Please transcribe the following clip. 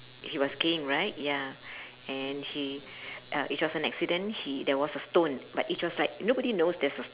he was skiing right ya and he uh it was an accident he there was a stone but it was like nobody knows there's a